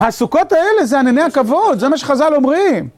הסוכות האלה זה ענני הכבוד, זה מה שחז"ל אומרים.